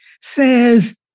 says